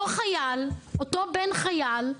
אותו בן חייל,